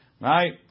right